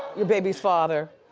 your baby's father